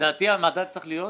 לדעתי המדד צריך להיות